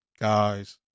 guys